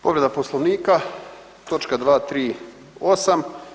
Povreda Poslovnika točka 238.